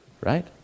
Right